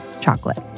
chocolate